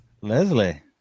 Leslie